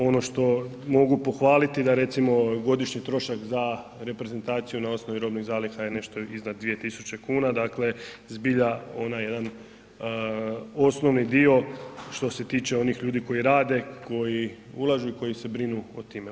Ono što mogu pohvaliti da recimo godišnji trošak za reprezentaciju na osnovi robnih zaliha je nešto iznad 2000 kn, dakle zbilja onaj jedan osnovni dio što se tiče onih ljudi koji rade, koji ulažu i koji se brinu o tome.